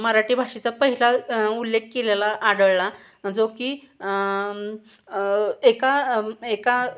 मराठी भाषेचा पहिला उल्लेख केलेला आढळला जो की एका एका